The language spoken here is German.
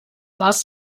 warst